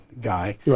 guy